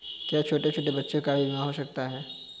क्या छोटे छोटे बच्चों का भी बीमा हो सकता है?